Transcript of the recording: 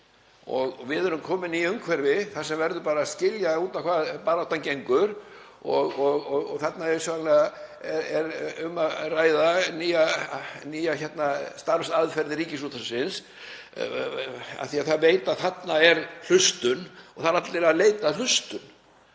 Við erum komin í umhverfi þar sem við verðum bara að skilja út á hvað baráttan gengur. Þarna er auðsjáanlega um að ræða nýja starfsaðferðir Ríkisútvarpsins af því að það veit að þarna er hlustun og það eru allir að leita að hlustun